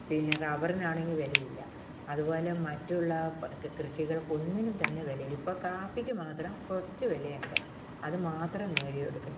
പിന്നെ റബ്ബറിനാണെങ്കിൽ വിലയില്ല അതുപോലെ മറ്റുള്ള കൃഷികൾക്കൊന്നിനും തന്നെ വിലയില്ല ഇപ്പം കാപ്പിക്ക് മാത്രം കുറച്ച് വില ഉണ്ട് അതു മാത്രം നേടിയെടുക്കുന്നു